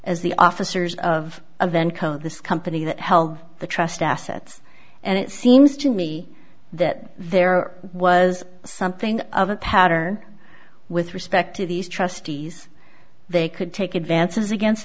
as the officers of the vanco this company that held the trust assets and it seems to me that there was something of a pattern with respect to these trustees they could take advances against